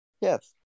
Yes